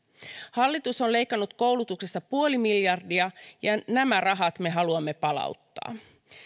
hallitus on leikannut koulutuksesta puoli miljardia ja nämä rahat me haluamme palauttaa